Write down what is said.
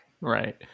Right